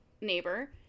neighbor